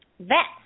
vets